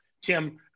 Tim